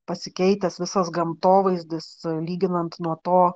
pasikeitęs visas gamtovaizdis lyginant nuo to